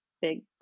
big